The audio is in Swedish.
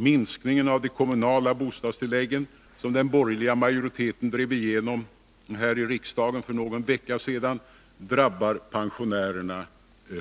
Minskningen av de kommunala bostadstilläggen, som den borgerliga majoriteten drev igenom här i riksdagen för någon vecka sedan, drabbar pensionärerna